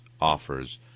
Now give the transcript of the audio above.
offers